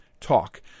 Talk